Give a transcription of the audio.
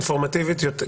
אינפורמטיבית יותר,